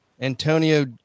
Antonio